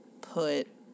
put